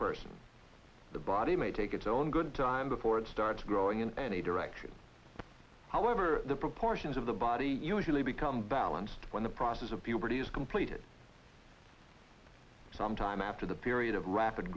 person the body may take its own good time before it starts growing in any direction however the proportions of the body usually become balanced when the process of puberty is completed some time after the period of rapid